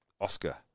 Oscar